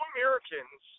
Americans